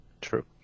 True